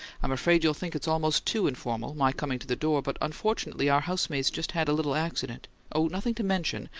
i'm afraid you'll think it's almost too informal, my coming to the door, but unfortunately our housemaid's just had a little accident oh, nothing to mention!